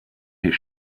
his